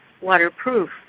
waterproof